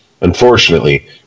Unfortunately